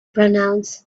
pronounce